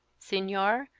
senor,